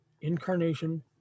incarnation